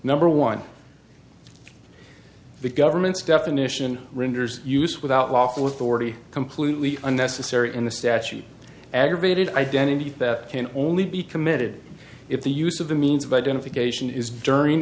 number one the government's definition renders use without lawful authority completely unnecessary in the statute aggravated identity theft can only be committed if the use of the means of identification is